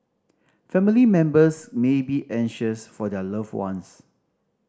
family members may be anxious for their loved ones